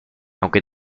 aunque